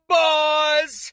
boys